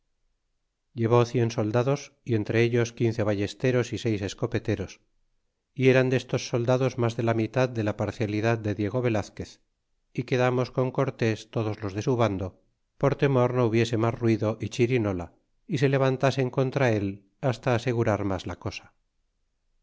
llevó cien soldados y entre ellos quince ballesteros y seis escopeteros y eran destos soldados mas de la mitad de la parcialidad de diego velazquez y quedamos con cortés todos los de su bando por temor no hubiese mas ruido ni chirinola y se levantasen contra él hasta asegurar mas la cosa